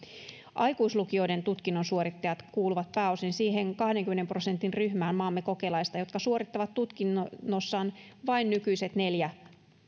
aikuislukioiden tutkinnon suorittajat kuuluvat pääosin siihen kahdenkymmenen prosentin ryhmään maamme kokelaista jotka suorittavat tutkinnossaan vain nykyiset neljä